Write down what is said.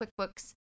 QuickBooks